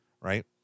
right